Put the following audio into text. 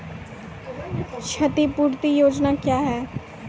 क्षतिपूरती योजना क्या हैं?